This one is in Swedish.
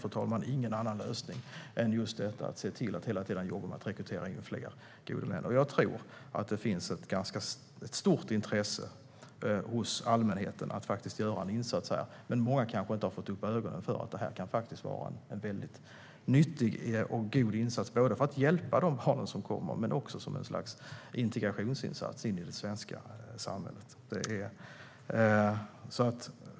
Det finns ingen annan lösning än att se till att hela tiden jobba med att rekrytera fler gode män. Jag tror att det finns ett stort intresse hos allmänheten att göra en insats, men många har inte fått upp ögonen för att det kan vara en nyttig och god insats för att hjälpa de barn som kommer hit och som en integrationsinsats in i det svenska samhället.